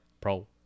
pro